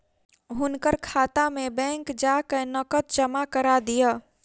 हुनकर खाता में बैंक जा कय नकद जमा करा दिअ